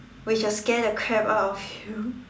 which will scare the crap out of you